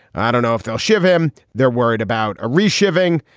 i don't know if they'll ship him. they're worried about a reshifting.